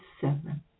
seven